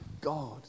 God